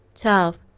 Twelve